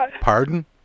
Pardon